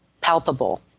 palpable